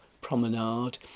Promenade